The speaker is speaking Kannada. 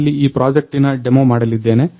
ನಾನಿಲ್ಲಿ ಈ ಪ್ರಾಜೆಕ್ಟಿನ ಡೆಮೊ ಮಾಡಲಿದ್ದೇನೆ